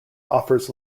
offers